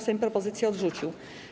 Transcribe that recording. Sejm propozycje odrzucił.